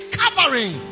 covering